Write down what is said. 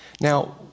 Now